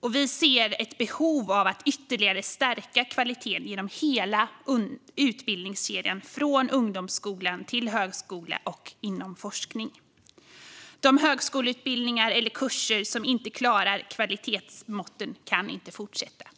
och vi ser ett behov av att ytterligare stärka kvaliteten inom hela utbildningskedjan, från ungdomsskolan till högskolan och inom forskningen. De högskoleutbildningar eller kurser som inte klarar kvalitetsmåtten kan inte fortsätta.